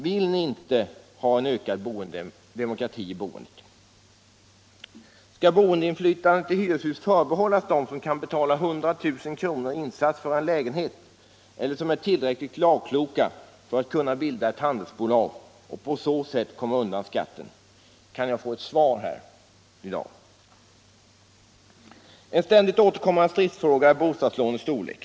Vill ni inte ha ökad demokrati i boendet? Skall boendeinflytande i hyreshus förbehållas dem som kan betala 100 000 kr. i insats för en lägenhet eller som är tillräckligt lagkloka för att kunna bilda ett handelsbolag och på så sätt komma undan skatten? Kan jag Nr 117 få ett svar på de frågorna här i dag? Onsdagen den En ständigt återkommande stridsfråga är bostadslånets storlek.